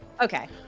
Okay